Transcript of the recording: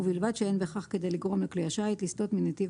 ובלבד שאין בכך כדי לגרום לכלי השיט לסטות מנתיב